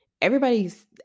everybody's